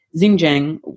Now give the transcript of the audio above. Xinjiang